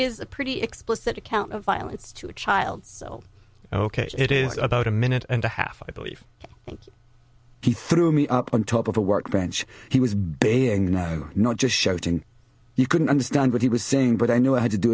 is a pretty explicit account of violence to a child so ok it is about a minute and a half i believe he threw me up on top of the workbench he was being you know not just shouting you couldn't understand what he was saying but i knew i had to do